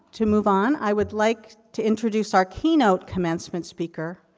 to move on, i would like to introduce our keynote commencement speaker,